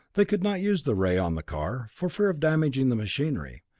they could not use the ray on the car, for fear of damaging the machinery.